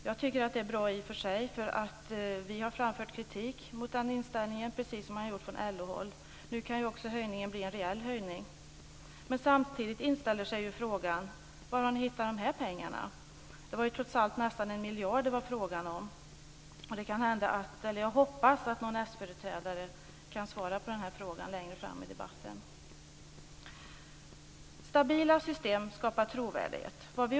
Jag tycker att det i och för sig är bra eftersom vi har framfört kritik mot den inställningen, precis som LO har gjort. Nu kan ju också höjningen bli en reell höjning. Men samtidigt inställer sig ju frågan: Var har ni hittat de här pengarna? Det var ju trots allt nästan 1 miljard det var frågan om. Jag hoppas att någon företrädare för Socialdemokraterna kan svara på frågan längre fram i debatten. Stabila system skapar trovärdighet.